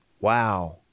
Wow